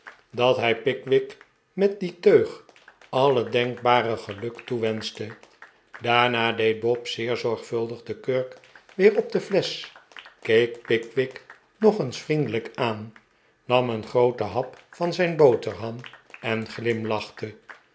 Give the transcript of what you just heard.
dat hij pickwick met die teug alle denkbare geluk toewenschte daarna deed bob zeer zorgvuldig de kurk weer op de flesch keek pickwick nog eens vriendelijk aan nam een grooten hap van zijn boterham en glimlachte